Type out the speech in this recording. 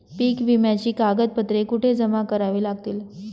पीक विम्याची कागदपत्रे कुठे जमा करावी लागतील?